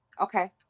okay